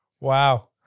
Wow